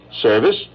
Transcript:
service